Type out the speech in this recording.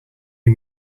you